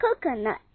coconut